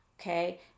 Okay